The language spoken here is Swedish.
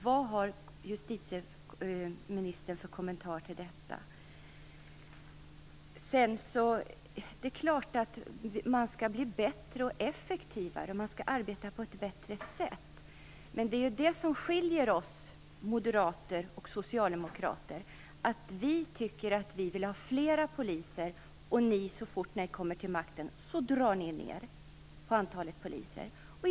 Vad har justitieministern för kommentar till detta? Det är klart att Polisen skall bli bättre och effektivare. Men det som skiljer oss moderater och Socialdemokraterna är att vi vill ha flera poliser och att ni, så fort ni kommer till makten, drar ned antalet poliser.